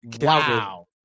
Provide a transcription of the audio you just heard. Wow